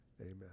Amen